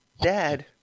Dad